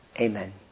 Amen